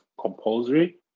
compulsory